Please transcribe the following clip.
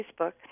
Facebook